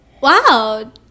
wow